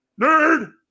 nerd